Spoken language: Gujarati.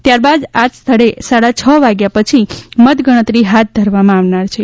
ત્યારબાદ આજ સ્થળે સાડા છ વાગ્યા પછી મતગણતરી હાથ ધરવામાં આવનાર છે